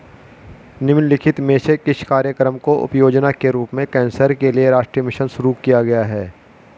निम्नलिखित में से किस कार्यक्रम को उपयोजना के रूप में कैंसर के लिए राष्ट्रीय मिशन शुरू किया गया है?